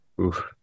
oof